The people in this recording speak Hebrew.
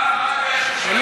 מה הקשר שלכם,